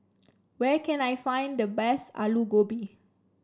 where can I find the best Alu Gobi